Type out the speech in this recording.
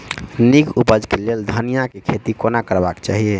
नीक उपज केँ लेल धनिया केँ खेती कोना करबाक चाहि?